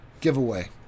giveaway